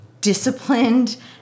disciplined